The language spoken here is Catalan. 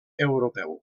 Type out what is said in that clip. europeu